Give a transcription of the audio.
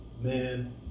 man